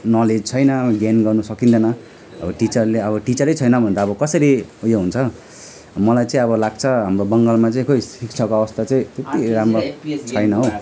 knowledge छैन gain गर्नु सकिँदैन अब टिचरले अब टिचर छैन भने त अब कसरी उयो हुन्छ मलाई चाहिँ अब लाग्छ हाम्रो बङ्गालमा चाहिँ शिक्षाको अवस्था चाहिँ त्यति राम्रो छैन हो